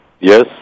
Yes